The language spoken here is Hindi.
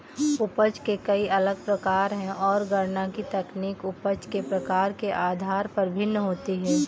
उपज के कई अलग प्रकार है, और गणना की तकनीक उपज के प्रकार के आधार पर भिन्न होती है